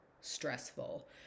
stressful